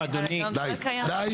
די.